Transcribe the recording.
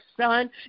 son